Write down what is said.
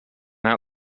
out